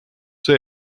see